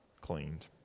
cleaned